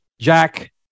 Jack